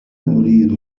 أريد